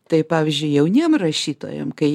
tai pavyzdžiui jauniem rašytojam kai